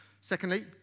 Secondly